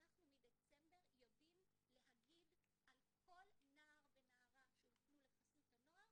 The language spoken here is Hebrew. אנחנו מדצמבר יודעים להגיד על כל נער ונערה שהופנו לחסות הנוער,